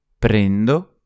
Prendo